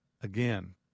Again